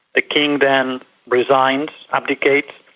the king then resigns, abdicates,